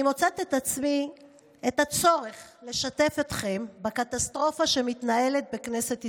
אני מוצאת את עצמי עם צורך לשתף אתכם בקטסטרופה שמתנהלת בכנסת ישראל,